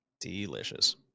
Delicious